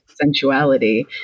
sensuality